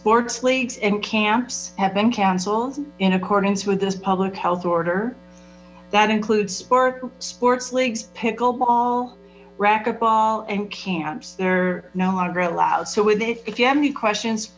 sports leagues and camps have been canceled in accordance with this public health order that includes sport sports leagues pickle ball racquetball and camps they're no longer allowed so would they if you have any questions